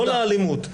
לא לאלימות.